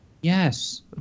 Yes